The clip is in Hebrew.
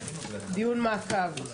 דיון מעקב.